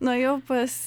nuėjau pas